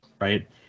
right